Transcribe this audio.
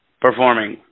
performing